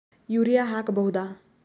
Urea ಹಾಕ್ ಬಹುದ?